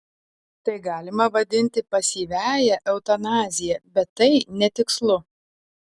tai galima vadinti pasyviąja eutanazija bet tai netikslu